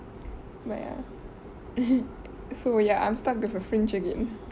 but ya so ya I'm stuck with a fringe again